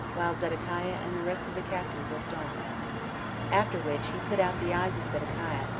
while zedekiah and the rest of the captains looked on after which he put out the eyes of zedekiah,